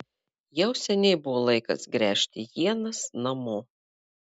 jau seniai buvo laikas gręžti ienas namo